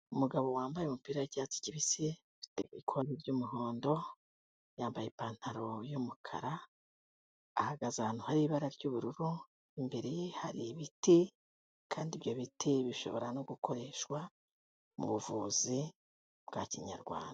Umugabo wambaye umupira w'icyatsi kibisi ufite ikora ry'umuhondo, yambaye ipantaro y'umukara ahagaze ahantu hari ibara ry'ubururu, imbere ye hari ibiti kandi ibyo biti bishobora no gukoreshwa mu buvuzi bwa kinyarwanda.